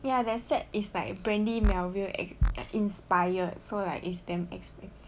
ya their set is like brandy melville inspired so like it's damn expensive